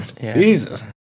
Jesus